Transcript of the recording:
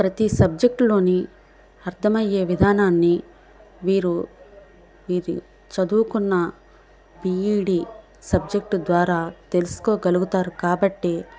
ప్రతి సబ్జెక్ట్లోని అర్థమయ్యే విధానాన్ని వీరు వీరి చదువుకున్న బీఈడి సబ్జెక్టు ద్వారా తెలుసుకోగలుగుతారు కాబట్టి